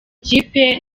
kipe